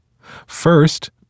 First